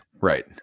Right